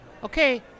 Okay